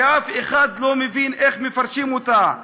שאף אחד לא מבין איך מפרשים אותה,